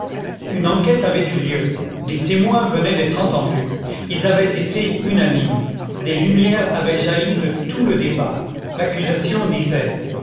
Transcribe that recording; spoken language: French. une enquête avait eu lieu des témoins venaient d'être entendus ils avaient été unanimes des lumières avaient jailli de tout le débat l'accusation disait